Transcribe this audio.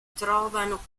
trovavano